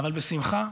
אבל בשמחה,